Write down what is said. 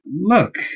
Look